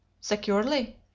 Securely